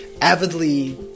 avidly